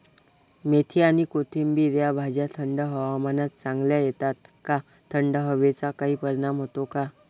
मेथी आणि कोथिंबिर या भाज्या थंड हवामानात चांगल्या येतात का? थंड हवेचा काही परिणाम होतो का?